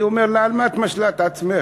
אני אומר לה: מה את משלה את עצמך?